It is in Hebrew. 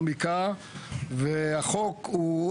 השר יכול לשמוע,